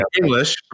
English